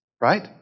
Right